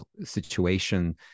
situation